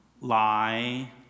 lie